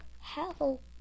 help